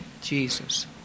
Jesus